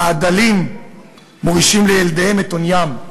והדלים מורישים לילדיהם את עוניים,